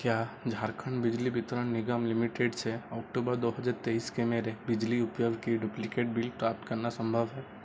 क्या झारखंड बिजली वितरण निगम लिमिटेड से अक्टूबर दो हजार तेईस के मेरे बिजली उपयोग का डुप्लिकेट बिल प्राप्त करना संभव है